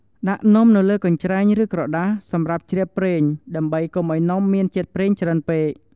ដាក់នំនៅលើកញ្ច្រែង ឬក្រដាសសម្រាប់ជ្រាបប្រេងដើម្បីកុំឱ្យនំមានជាតិប្រេងច្រើនពេក។